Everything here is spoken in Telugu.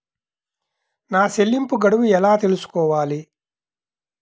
నా చెల్లింపు గడువు ఎలా తెలుసుకోవాలి?